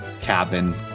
cabin